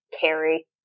carry